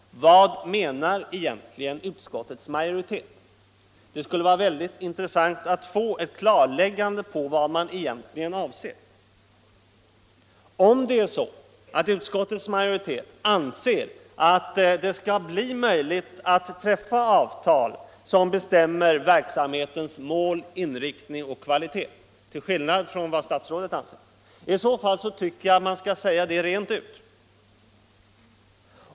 Vad menar egentligen utskottets majoritet? Det skulle vara mycket intressant att få ett klarläggande av vad man egentligen avser. Om utskottets majoritet anser att det skall bli möjligt att träffa avtal som bestämmer verksamhetens mål, inriktning och kvalitet — till skillnad från vad statsrådet anser — tycker jag att man skall säga det rent ut.